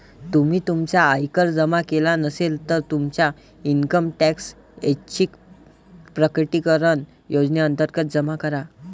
तुम्ही तुमचा आयकर जमा केला नसेल, तर तुमचा इन्कम टॅक्स ऐच्छिक प्रकटीकरण योजनेअंतर्गत जमा करा